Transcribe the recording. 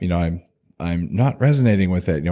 you know i'm i'm not resonating with it,